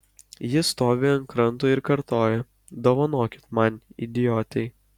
ji stovi ant kranto ir kartoja dovanokit man idiotei